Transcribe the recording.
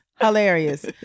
hilarious